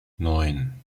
neun